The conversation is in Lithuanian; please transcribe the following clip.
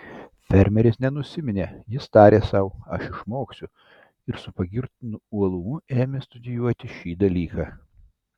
fermeris nenusiminė jis tarė sau aš išmoksiu ir su pagirtinu uolumu ėmė studijuoti šį dalyką